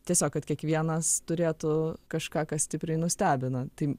tiesiog kad kiekvienas turėtų kažką kas stipriai nustebina tai